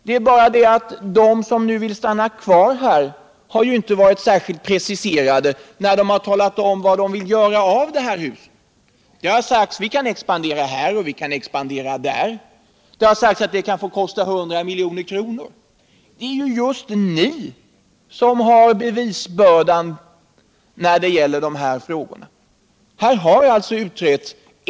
Men de som vill stanna kvar har inte varit särskilt precisa när de har talat om vad de vill göra med det här huset. Det har sagts att vi kan expandera här och vi kan expandera där, det har sagts att det kan få kosta 100 milj.kr. Det är just ni som har bevisbördan när det gäller dessa frågor.